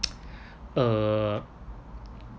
uh